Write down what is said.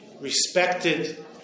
respected